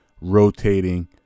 rotating